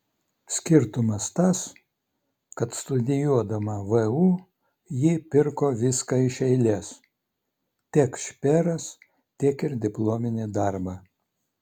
skirtumas tas kad studijuodama vu ji pirko viską iš eilės tiek šperas tiek ir diplominį darbą